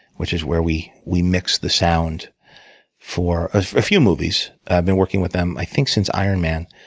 which was where we we mixed the sound for a few movies. i've been working with them, i think, since iron man.